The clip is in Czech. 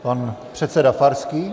Pan předseda Farský.